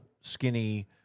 skinny